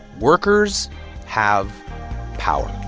workers have power